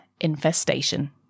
infestation